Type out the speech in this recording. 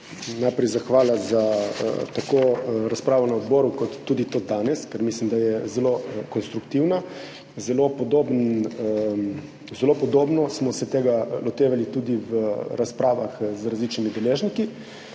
Najprej zahvala za razpravo tako na odboru kot tudi to danes, ker mislim, da je zelo konstruktivna. Zelo podobno smo se tega lotevali tudi v razpravah z različnimi deležniki.